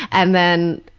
and then,